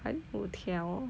like